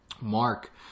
mark